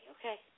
Okay